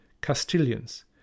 Castilians